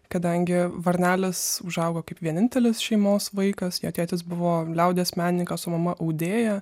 kadangi varnelis užaugo kaip vienintelis šeimos vaikas jo tėtis buvo liaudies menininkas su mama audėja